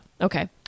Okay